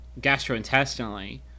gastrointestinally